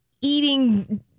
eating